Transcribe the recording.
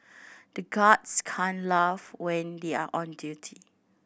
the guards can't laugh when they are on duty